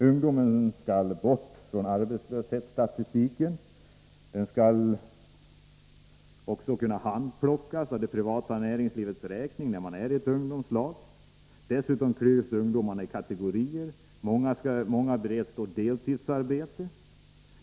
Ungdomarna skall bort från arbetslöshetsstatistiken. De skall kunna handplockas för de privata arbetsgivarnas räkning. Dessutom klyvs ungdomarna i kategorier, många skall bara beredas deltidsarbete.